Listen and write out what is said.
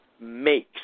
makes